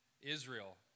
Israel